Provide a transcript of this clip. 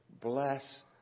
bless